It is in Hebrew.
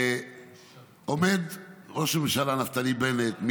עומד ראש הממשלה נפתלי בנט,